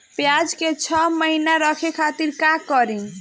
प्याज के छह महीना रखे खातिर का करी?